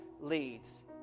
leads